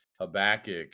Habakkuk